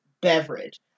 beverage